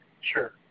Sure